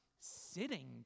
sitting